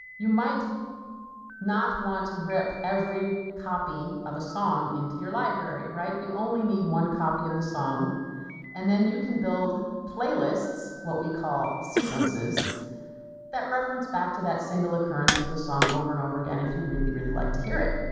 you might not want to rip every copy of a song into your library right? you only need one copy of the song and then you can build playlists, what we call sequences that reference back to that single occurrence of the song over and over again if you really really like to hear it.